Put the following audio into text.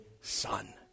son